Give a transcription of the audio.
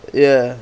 ya